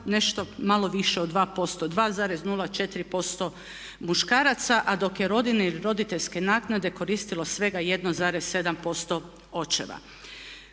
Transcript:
nešto malo više od 2%, 2,04% muškaraca a dok je rodiljne ili roditeljske naknade koristilo svega 1,7% očeva.